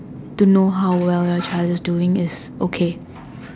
to know how well a child is doing is okay